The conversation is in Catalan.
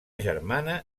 germana